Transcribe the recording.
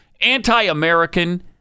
anti-American